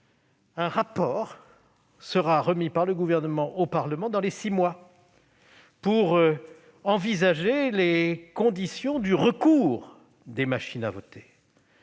Un rapport doit être remis par le Gouvernement au Parlement dans les six mois pour envisager les conditions du recours aux machines à voter.